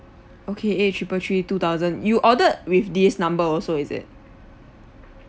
okay eight triple three two thousand you ordered with this number also is it